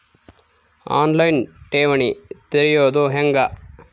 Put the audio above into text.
On line ಠೇವಣಿ ತೆರೆಯೋದು ಹೆಂಗ?